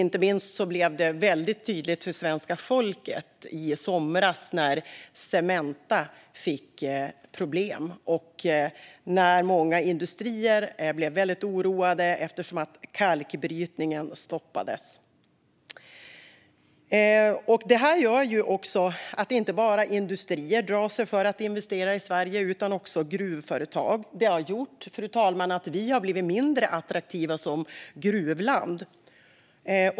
Det blev väldigt tydligt för svenska folket i somras, när Cementa fick problem och många industrier blev oroade eftersom kalkbrytningen stoppades. Det här gör att inte bara industrier drar sig för att investera i Sverige utan också gruvföretag. Det har gjort att Sverige blivit mindre attraktivt som gruvland.